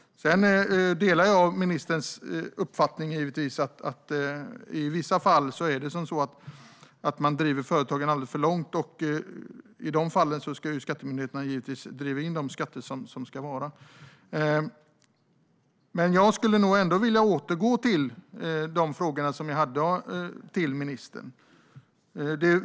Jag delar givetvis ministerns uppfattning att man i vissa fall driver företagen alldeles för långt. I de fallen ska skattemyndigheterna givetvis driva in de skatter som ska betalas. Jag skulle vilja återgå till mina frågor till ministern.